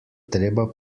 treba